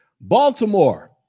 Baltimore